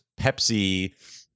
Pepsi